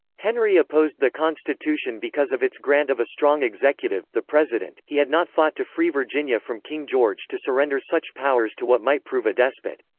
henry opposed the constitution because of its grant of a strong executive, the president he had not fought to free virginia from king george to surrender such powers to what might prove a despot.